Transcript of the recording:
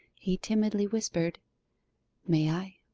he timidly whispered may i